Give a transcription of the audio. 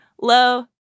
low